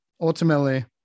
ultimately